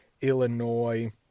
Illinois